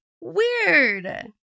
weird